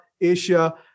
Asia